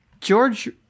George